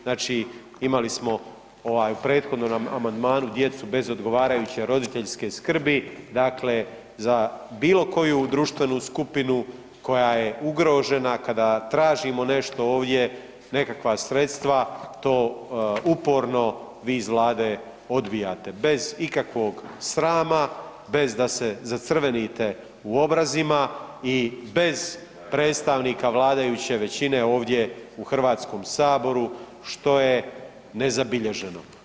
Znači, imali smo ovaj u prethodnom amandmanu djecu bez odgovarajuće roditeljske skrbi, dakle za bilo koju društvenu skupinu koja je ugrožena kada tražimo nešto ovdje, nekakva sredstva, to uporno vi iz vlade odbijate bez ikakvog srama, bez da se zacrvenite u obrazima i bez predstavnika vladajuće većine ovdje u HS što je nezabilježeno.